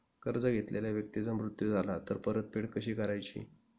कर्ज घेतलेल्या व्यक्तीचा मृत्यू झाला तर परतफेड कशी करायची?